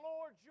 Lord